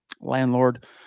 landlord